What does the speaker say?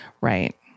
Right